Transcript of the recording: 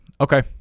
okay